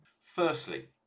Firstly